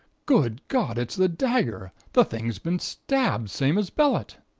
good god! it's the dagger! the thing's been stabbed, same as bellett!